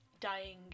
dying